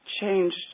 changed